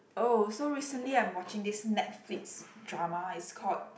oh so recently I'm watching this Netflix drama is called